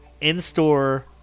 in-store